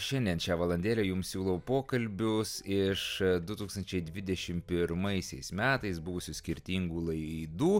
šiandien šią valandėlę jums siūlau pokalbius iš du tūkstančiai dvidešim pirmaisiais metais buvusių skirtingų laidų